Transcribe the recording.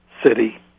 city